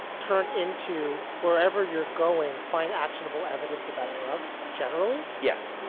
turned into wherever you're going. find actionable evidence about drugs? generally, yes.